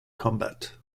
combat